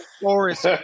forest